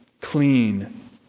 clean